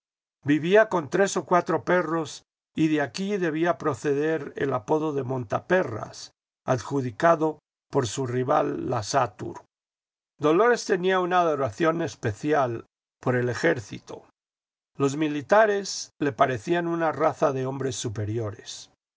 vivía con tres o cuatro perros y de aquí debía proceder el apodo de montaperras adjudicado por su rival la satur dolores tenía una adoración especial por el ejército los militares le parecían una raza de hombres superiores